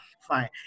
fine